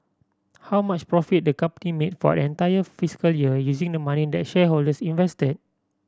how much profit the company made for the entire fiscal year using the money that shareholders invested